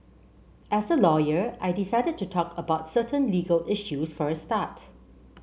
as a lawyer I decided to talk about certain legal issues for a start